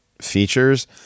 features